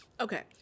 okay